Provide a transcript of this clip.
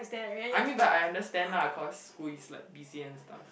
I mean but I understand lah cause school is like busy and stuff